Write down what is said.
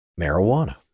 marijuana